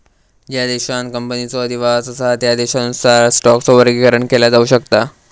ज्या देशांत कंपनीचो अधिवास असा त्या देशानुसार स्टॉकचो वर्गीकरण केला जाऊ शकता